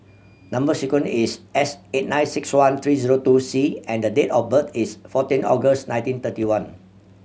number sequence is S eight nine six one three zero two C and the date of birth is fourteen August nineteen thirty one